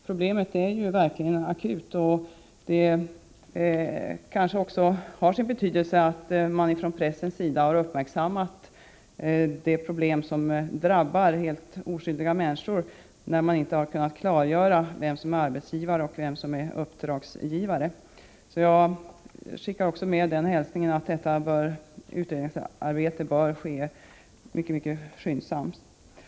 Problemet är verkligen akut, och det kanske har sin betydelse att pressen har uppmärksammat de problem som drabbar helt oskyldiga människor som inte har kunna klargöra vem som är arbetsgivare och vem som är uppdragstagare. Jag skickar med hälsningen att detta utredningsarbete bör ske mycket skyndsamt.